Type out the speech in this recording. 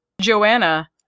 Joanna